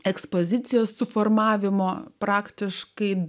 ekspozicijos suformavimo praktiškai